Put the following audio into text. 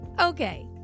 Okay